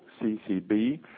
CCB